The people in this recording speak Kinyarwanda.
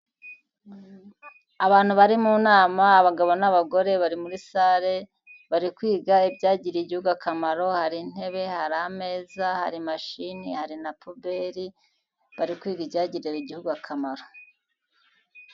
Abantu bari mu nama, abagabo n'abagore bari muri sare bari kwiga ibyagiriye igihugu akamaro hari intebe, hari ameza, hari mashini, hari na poberi, bari kwiga icyagirira igihugu akamaro.